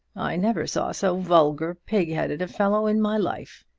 i never saw so vulgar, pig-headed a fellow in my life.